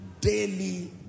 Daily